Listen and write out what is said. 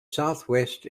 southwest